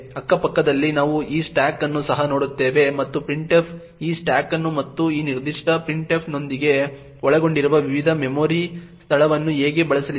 ಅಕ್ಕಪಕ್ಕದಲ್ಲಿ ನಾವು ಈ ಸ್ಟಾಕ್ ಅನ್ನು ಸಹ ನೋಡುತ್ತೇವೆ ಮತ್ತು printf ಈ ಸ್ಟಾಕ್ ಅನ್ನು ಮತ್ತು ಈ ನಿರ್ದಿಷ್ಟ printf ನೊಂದಿಗೆ ಒಳಗೊಂಡಿರುವ ವಿವಿಧ ಮೆಮೊರಿ ಸ್ಥಳವನ್ನು ಹೇಗೆ ಬಳಸಲಿದೆ